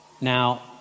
Now